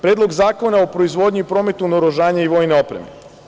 Predlog zakona o proizvodnji i prometu naoružanja i vojne opreme.